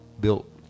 Built